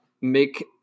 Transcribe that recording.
make